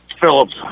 Phillips